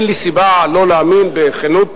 אין לי סיבה לא להאמין בכנות